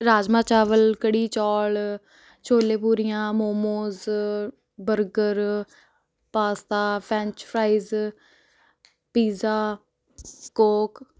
ਰਾਜਮਾਂਹ ਚਾਵਲ ਕੜੀ ਚੌਲ ਛੋਲੇ ਪੂਰੀਆਂ momos burger pasta French fries pizza Coke